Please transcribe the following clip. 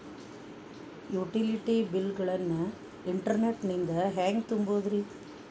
Utility bill ಗಳನ್ನ internet ನಿಂದ ಹೆಂಗ್ ತುಂಬೋದುರಿ?